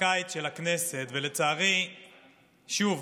הקיץ של הכנסת, ולצערי, שוב,